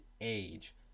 age